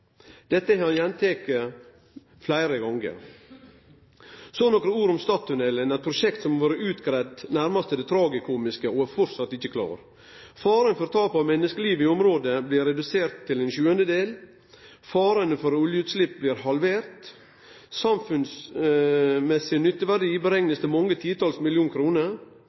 Dette har han gjenteke fleire gonger. Så nokre ord om Stad skipstunnel, eit prosjekt som har vore utgreidd nærmast til det tragikomiske og enno ikkje er klart. Faren for tap av menneskeliv i området blir redusert til ein sjuandedel, faren for oljeutslepp blir halvert, og den samfunnsmessige nytteverdien er berekna til mange titals millionar kroner.